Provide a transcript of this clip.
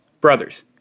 Brothers